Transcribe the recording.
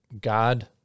God